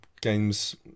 games